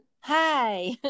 Hi